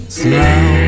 slow